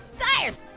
tires!